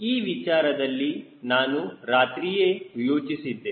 ಹೀಗಾಗಿ ಈ ವಿಚಾರದಲ್ಲಿ ನಾನು ರಾತ್ರಿಯೇ ಯೋಚಿಸಿದೆ